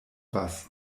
was